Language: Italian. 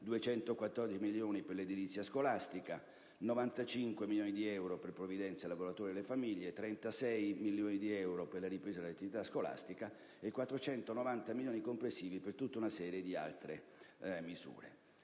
214 milioni di euro per l'edilizia scolastica, 95 milioni di euro per provvidenze ai lavoratori e alle famiglie, 36 milioni di euro per la ripresa dell'attività scolastica e 490 milioni di euro complessivi per tutta una serie di altre misure.